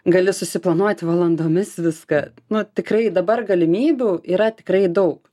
gali susiplanuot valandomis viską nu tikrai dabar galimybių yra tikrai daug